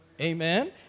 Amen